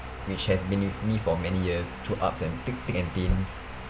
which has been with me for many years to through ups and thick and thin